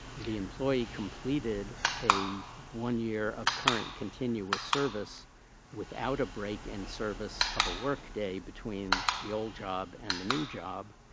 the employee completed a one-year of current continuous service without a break in service of a workday between the old job and the new job,